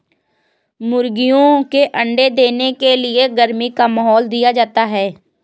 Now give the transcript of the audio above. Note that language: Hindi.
मुर्गियों के अंडे देने के लिए गर्मी का माहौल दिया जाता है